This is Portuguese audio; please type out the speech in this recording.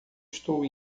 estou